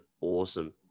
awesome